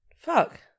Fuck